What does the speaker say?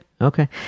okay